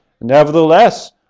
Nevertheless